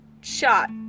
shot